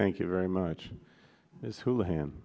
thank you very much this who him